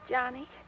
Johnny